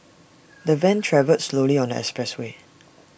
the van travelled slowly on the expressway